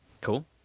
Cool